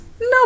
No